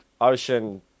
ocean